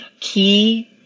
key